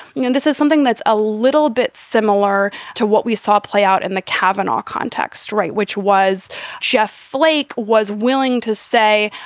you know, this is something that's a little bit similar to what we saw play out in the cavanaugh context. right. which was jeff flake was willing to say,